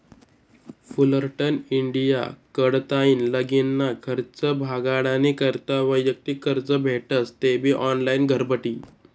Fullerton India कडताईन लगीनना खर्च भागाडानी करता वैयक्तिक कर्ज भेटस तेबी ऑनलाईन घरबठी